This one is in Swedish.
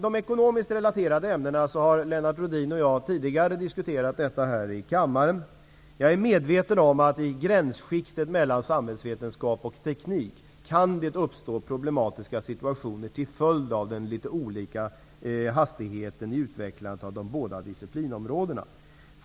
De ekonomiskt relaterade ämnena har Lennart Rohdin och jag tidigare diskuterat här i kammaren. Jag är medveten om att det i gränsskiktet mellan samhällsvetenskap och teknik kan det uppstå problematiska situationer till följd av att hastigheten i utvecklandet av de båda disciplinområdena är litet olika.